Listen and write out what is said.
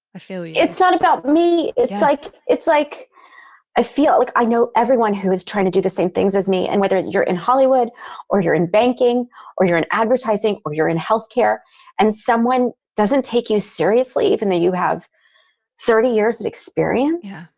i feel you it's not about me. it's like, it's like i feel, like i know everyone who is trying to do the same things as me. and whether you're in hollywood or you're in banking or you're in advertising or you're in health care and someone doesn't take you seriously, even though you have thirty years of experience.